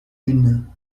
lune